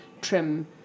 trim